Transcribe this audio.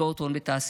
השקעות הון בתעשייה.